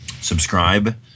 Subscribe